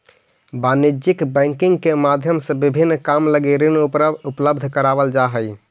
वाणिज्यिक बैंकिंग के माध्यम से विभिन्न काम लगी ऋण उपलब्ध करावल जा हइ